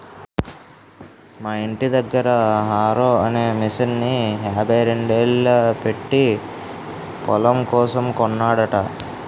మొన్న మా యింటి దగ్గర హారో అనే మిసన్ని యాభైరెండేలు పెట్టీ పొలం కోసం కొన్నాడట